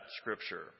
scripture